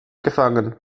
gefangen